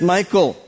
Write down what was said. Michael